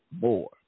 more